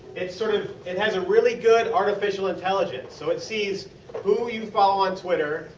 it sort of it has a really good artificial intelligence. so, it see who you follow on twitter,